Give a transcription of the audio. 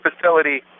facility